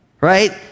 right